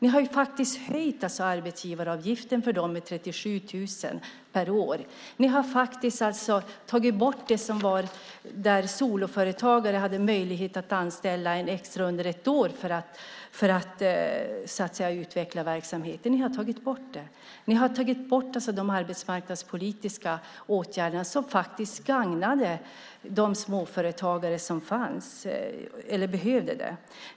Ni har höjt arbetsgivaravgiften för dem med 37 000 per år. Ni har tagit bort att soloföretagare hade möjlighet att anställa en extra under ett år för att utveckla verksamheten. Ni har tagit bort det. Ni har tagit bort de arbetsmarknadspolitiska åtgärder som gagnade de småföretagare som behövde dem.